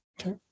Okay